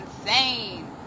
insane